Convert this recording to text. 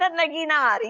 nagina.